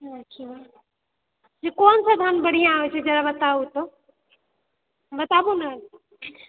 कोन कोन धन बढ़ियाॅं होइ छै जरा बताउ तऽ बताबु ने